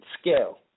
scale